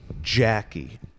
Jackie